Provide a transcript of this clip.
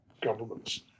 governments